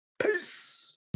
peace